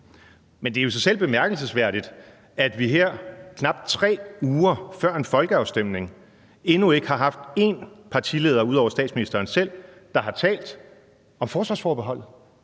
Men det er jo i sig selv bemærkelsesværdigt, at vi her knap 3 uger før en folkeafstemning endnu ikke har haft én partileder ud over statsministeren selv, der har talt om forsvarsforbeholdet.